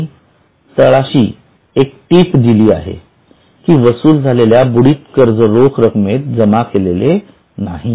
त्यांनी तळाशी एक टीप दिलेली आहे की वसूल झालेल्या बुडीत कर्ज रोख रकमेत जमा केले नाही